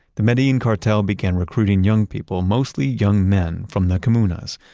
the medellin cartel began recruiting young people, mostly young men, from the comunas.